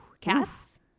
cats